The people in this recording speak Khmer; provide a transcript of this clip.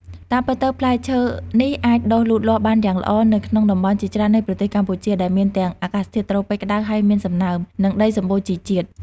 តាមពិតទៅ ផ្លែឈើនេះអាចដុះលូតលាស់បានយ៉ាងល្អនៅក្នុងតំបន់ជាច្រើននៃប្រទេសកម្ពុជា ដែលមានទាំងអាកាសធាតុត្រូពិចក្តៅហើយមានសំណើម និងដីសម្បូរជីជាតិ។